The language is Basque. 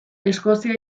eskozia